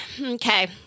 Okay